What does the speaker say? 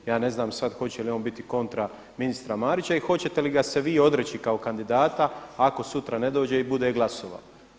Ja ne znam sad hoće li on biti kontra ministra Marića i hoćete li ga se vi odreći kao kandidata ako sutra ne dođe i bude glasovao.